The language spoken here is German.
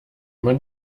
man